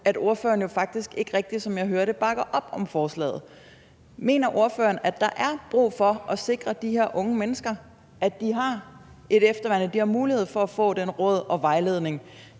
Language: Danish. at ordføreren faktisk ikke rigtig, som jeg hører det, bakker op om forslaget. Mener ordføreren, at der er brug for at sikre de her unge mennesker et efterværn, som betyder, at de har mulighed for at få den rådgivning og vejledning,